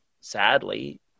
sadly